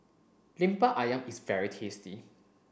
Lemper Ayam is very tasty